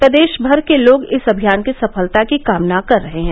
प्रदेश भर के लोग इस अभियान की सफलता की कामना कर रहे हैं